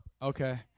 Okay